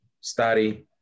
study